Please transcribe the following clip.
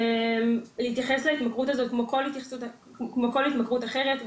להתייחס להתמכרות הזאת כמו כל התמכרות אחרת,